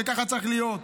וככה צריך להיות,